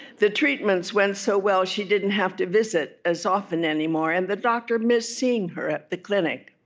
the treatments went so well, she didn't have to visit as often anymore, and the doctor missed seeing her at the clinic.